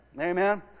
Amen